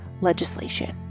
legislation